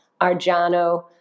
Argiano